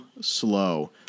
slow